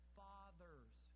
fathers